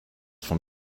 from